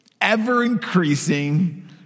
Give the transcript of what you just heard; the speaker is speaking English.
ever-increasing